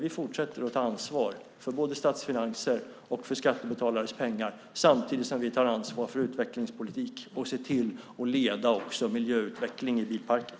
Vi fortsätter att ta ansvar för både statsfinanser och skattebetalarnas pengar samtidigt som vi tar ansvar för utvecklingspolitik och ser till att leda också miljöutvecklingen i bilparken.